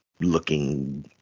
looking